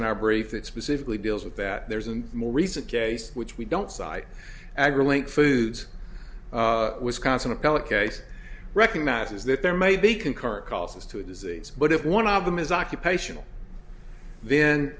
in our brief that specifically deals with that there's a more recent case which we don't cite agger link foods wisconsin appellate cases recognizes that there may be concurrent causes to a disease but if one of them is occupational then